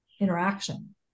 interaction